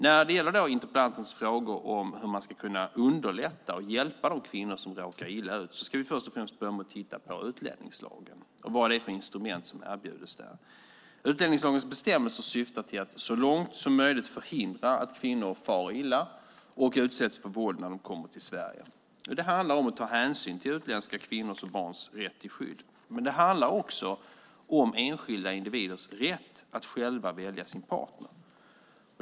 När det gäller interpellantens frågor om hur man ska kunna underlätta för och hjälpa de kvinnor som råkar illa ut ska vi först och främst börja med att titta på utlänningslagen och vad det är för instrument som erbjuds där. Utlänningslagens bestämmelser syftar till att så långt som möjligt förhindra att kvinnor far illa och utsätts för våld när de kommer till Sverige. Det handlar om att ta hänsyn till utländska kvinnors och barns rätt till skydd. Det handlar också om enskilda individers rätt att själva välja sin partner.